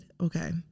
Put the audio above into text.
okay